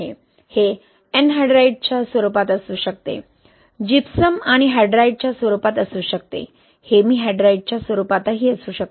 हे एनहाइड्राइटच्या स्वरूपात असू शकते जिप्सम आणि डायहाइड्राइटच्या स्वरूपात असू शकते हेमी हायड्राईटच्या स्वरूपात असू शकते